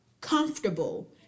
comfortable